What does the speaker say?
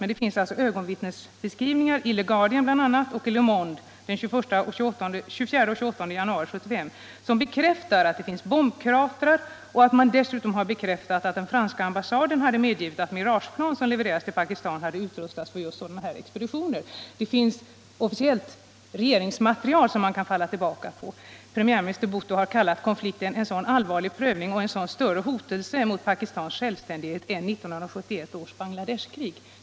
Men det finns ögonvittnesskildringar refererade bl.a. i The Guardian och Le Monde den 24 och 28 januari 1975, som bekräftar att man sett bombkratrar. Dessutom har det bekräftats att den franska ambassaden hade medgett att Mirageplan använts, som hade utrustats för just sådana här expeditioner. Det finns speciellt regeringsmaterial som man kan falla tillbaka på. Premiärminister Bhutto har kallat konflikten en allvarlig prövning och en större hotelse mot Pakistans självständighet än 1971 års Bangladeshkrig.